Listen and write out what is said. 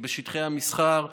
שטחי המסחר.